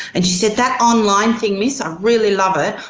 and she said, that online thing, miss, i really love it.